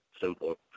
simple